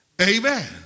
Amen